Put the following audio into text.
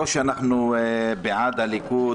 אלו טענות חמורות.